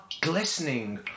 glistening